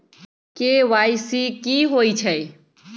KYC कि होई छई?